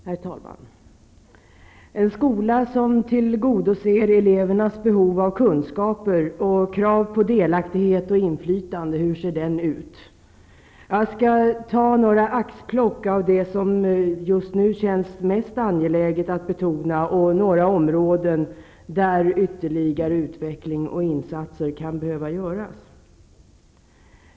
Herr talman! En skola som tillgodoser elevernas behov av kunskaper och krav på delaktighet och inflytande -- hur ser den ut? Jag skall göra ett axplock bland det som just nu känns angeläget att betona och från några områden där ytterligare utveckling och insatser kan behövas.